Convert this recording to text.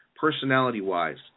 personality-wise